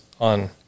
on